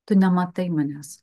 tu nematai manęs